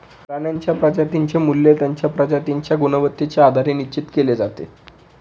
प्राण्यांच्या प्रजातींचे मूल्य त्यांच्या प्रजातींच्या गुणवत्तेच्या आधारे निश्चित केले जाते